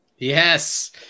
Yes